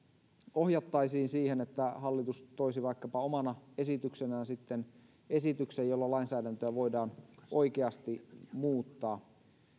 ohjattaisiin siihen että hallitus toisi vaikkapa omana esityksenään sitten esityksen jolla lainsäädäntöä voidaan oikeasti muuttaa